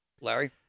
Larry